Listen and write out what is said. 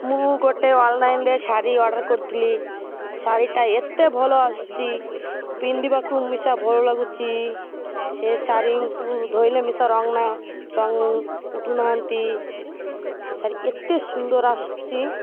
ମୁଁ ଗୋଟେ ଅନ୍ଲାଇନ୍ରେ ଶାଢ଼ୀ ଅର୍ଡ଼ର୍ କରିଥିଲି ଶାଢ଼ୀଟା ଏତେ ଭଲ ଆସୁଛି ପିନ୍ଧିବାକୁ ମିଶା ଭଲ ଲାଗୁଛି ସେ ଶାଢ଼ୀଙ୍କୁ ଧୋଇଲେ ମିଶା ରଙ୍ଗ ନା ରଙ୍ଗ ଉଠୁନାହାନ୍ତି ସେ ଶାଢ଼ୀ ଏତେ ସୁନ୍ଦର ଆସୁଛି